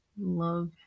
love